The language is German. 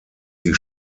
die